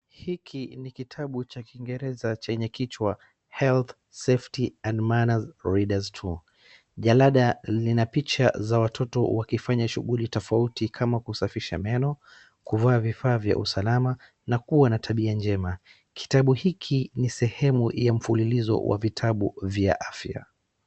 Hiki ni kitabu cha kiingereza chenye kichwa health, safety & manners readers 2 . Jalada lina picha za watoto wakifanya shughuli tofauti kama kusafisha meno, kuvaa vifaa vya usalama na kuwa na tabia njema. Kitabu hiki ni sehemu ya mfululizo wa vitabu vya afya.